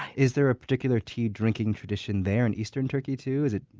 is there a particular tea-drinking tradition there in eastern turkey too? is it